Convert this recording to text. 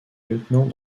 lieutenant